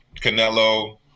Canelo